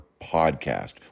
Podcast